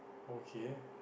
okay